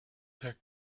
their